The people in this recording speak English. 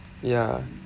ya